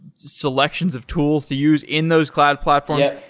selections of tools to use in those cloud platforms.